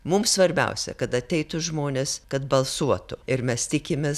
mums svarbiausia kad ateitų žmonės kad balsuotų ir mes tikimės